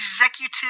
Executive